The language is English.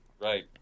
Right